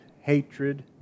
hatred